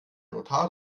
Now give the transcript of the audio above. notar